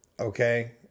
Okay